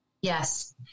Yes